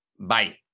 Bye